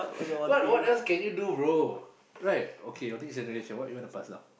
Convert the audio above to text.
what what else can you do bro right okay your next generation what you want to pass down